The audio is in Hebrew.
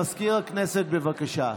מזכיר הכנסת, בבקשה.